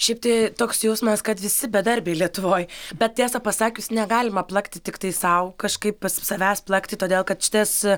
šiaip tai toks jausmas kad visi bedarbiai lietuvoj bet tiesą pasakius negalima plakti tiktai sau kažkaip savęs plakti todėl kad šitas